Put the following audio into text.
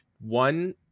one